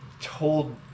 told